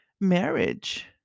marriage